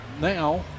now